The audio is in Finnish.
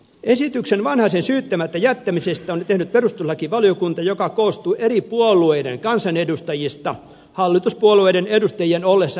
esityksen vanhasen syyttämättä jättämisestä on tehnyt perustuslakivaliokunta joka koostuu eri puolueiden kansanedustajista hallituspuolueiden edustajien ollessa enemmistönä